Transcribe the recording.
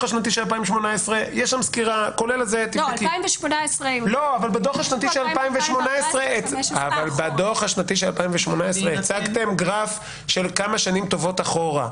השנתי של 2018. הצגתם גרף של כמה שנים טובות אחורה.